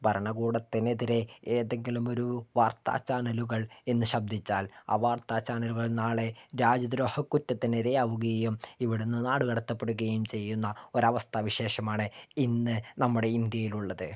ഭരണകൂടത്തിനെതിരേ ഏതെങ്കിലും ഒരു വാർത്താ ചാനലുകൾ ഇന്ന് ശബ്ദിച്ചാൽ ആ വാർത്താചാനലുകൾ നാളെ രാജ്യദ്രോഹക്കുറ്റത്തിന് ഇരയാവുകയും ഇവിടെ നിന്ന് നാടുകടത്തപ്പെടുകയും ചെയ്യുന്ന ഒരു അവസ്ഥാവിശേഷമാണ് ഇന്ന് നമ്മുടെ ഇന്ത്യയിലുള്ളത്